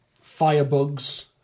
firebugs